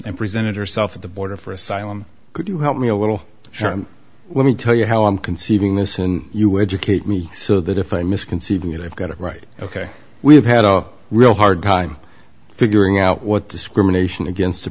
and presented herself at the border for asylum could you help me a little when we tell you how i'm conceiving this and you educate me so that if i misconceiving it i've got it right ok we have had a real hard time figuring out what discrimination against